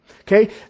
Okay